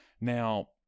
now